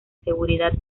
seguridad